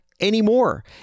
anymore